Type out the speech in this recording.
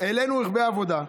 העלינו רכבי עבודה,